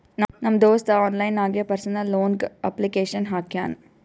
ನಮ್ ದೋಸ್ತ ಆನ್ಲೈನ್ ನಾಗೆ ಪರ್ಸನಲ್ ಲೋನ್ಗ್ ಅಪ್ಲಿಕೇಶನ್ ಹಾಕ್ಯಾನ್